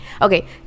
Okay